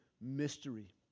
mystery